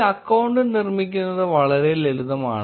ഒരു അക്കൌണ്ട് നിർമിക്കുന്നത് വളരെ ലളിതമാണ്